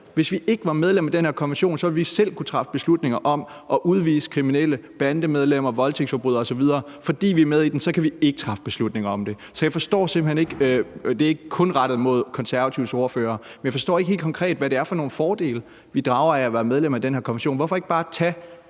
Hvis vi ikke var med i den her konvention, ville vi selv kunne træffe beslutninger om at udvise kriminelle, bandemedlemmer, voldtægtsforbrydere osv., men fordi vi er med i den, kan vi ikke træffe beslutninger om det. Så jeg forstår simpelt hen ikke – og det er ikke kun rettet mod Konservatives ordfører – hvad det helt konkret er for nogle fordele, vi drager af at være medlem af den her konvention. Hvorfor ikke bare tage